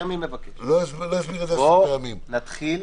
יותר ממבקש: בוא נתחיל